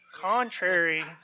Contrary